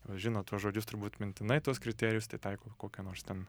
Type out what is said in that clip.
jau žino tuos žodžius turbūt mintinai tuos kriterijus tai taiko kokią nors ten